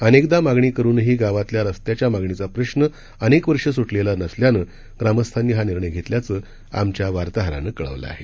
अनेकदा मागणी करूनही गावातल्या रस्त्याच्या मागणीचा प्रश्न अनेक वर्ष सुद्धिला नसल्यानं ग्रामस्थांना हा निर्णय घेतल्याचं आमच्या वार्ताहरानं कळवलं आहे